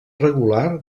regular